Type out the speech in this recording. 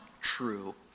true